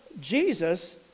Jesus